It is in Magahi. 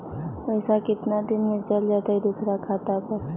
पैसा कितना दिन में चल जाई दुसर खाता पर?